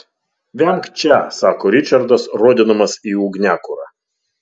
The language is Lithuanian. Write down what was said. vemk čia sako ričardas rodydamas į ugniakurą